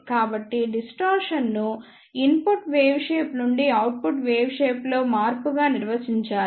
కాబట్టి డిస్టార్షన్ ను input wave shape నుండి అవుట్పుట్ వేవ్ షేప్ లో మార్పుగా నిర్వచించారు